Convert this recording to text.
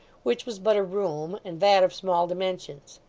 which was but a room, and that of small dimensions.